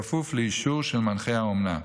בכפוף לאישור של מנחה האומנה,